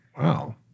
Wow